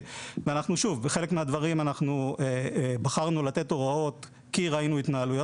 בחלק מהדברים בחרנו לתת הוראות כי ראינו התנהלויות